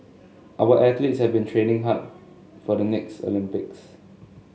our athletes have been training hard for the next Olympics